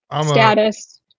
status